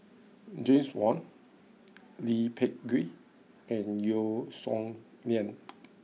James Wong Lee Peh Gee and Yeo Song Nian